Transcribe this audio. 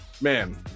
man